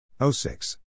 06